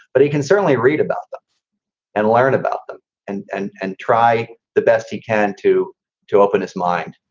but he can certainly read about them and learn about them and and and try the best he can to to open his mind